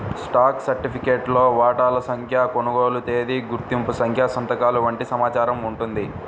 stock సర్టిఫికేట్లో వాటాల సంఖ్య, కొనుగోలు తేదీ, గుర్తింపు సంఖ్య సంతకాలు వంటి సమాచారం ఉంటుంది